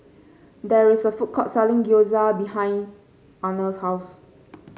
there is a food court selling Gyoza behind Arnold's house